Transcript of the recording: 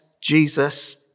Jesus